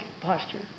posture